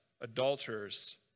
adulterers